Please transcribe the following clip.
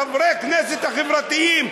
חברי הכנסת החברתיים,